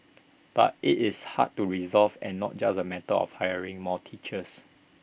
but IT is hard to resolve and not just A matter of hiring more teachers